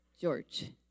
George